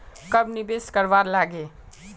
कब निवेश करवार लागे?